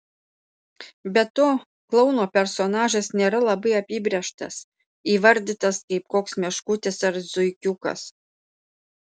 be to klouno personažas nėra labai apibrėžtas įvardytas kaip koks meškutis ar zuikiukas